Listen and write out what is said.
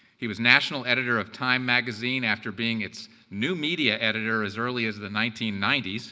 he was national editor of time magazine after being its new media editor as early as the nineteen ninety s,